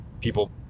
People